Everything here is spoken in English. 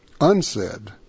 unsaid